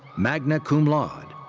magna cum laude.